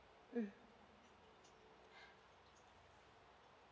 mm